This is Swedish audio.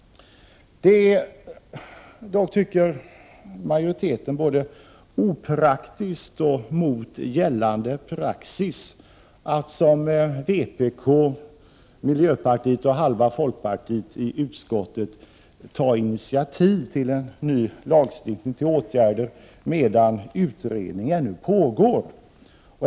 Majoriteten tycker att det är både opraktiskt och mot gällande praxis att — som vpk, miljöpartiet och hälften av folkpartiets företrädare i utskottet vill göra — ta initiativ till en ny lagstiftning om åtgärder medan utredning ännu pågår.